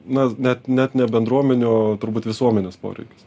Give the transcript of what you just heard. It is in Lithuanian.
na net net ne bendruomenių o turbūt visuomenės poreikius